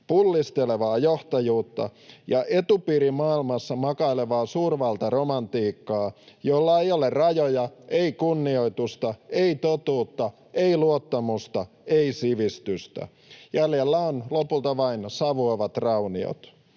pullistelevaa johtajuutta ja etupiirimaailmassa makailevaa suurvaltaromantiikkaa, jolla ei ole rajoja, ei kunnioitusta, ei totuutta, ei luottamusta, ei sivistystä. Jäljellä on lopulta vain savuavat rauniot.